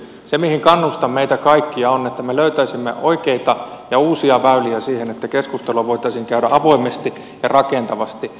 se mihin kannustan meitä kaikkia on että me löytäisimme oikeita ja uusia väyliä siihen että keskustelua voitaisiin käydä avoimesti ja rakentavasti